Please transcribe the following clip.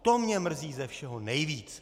To mě mrzí ze všeho nejvíc.